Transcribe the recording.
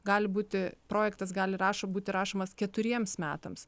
gali būti projektas gali rašo būti rašomas keturiems metams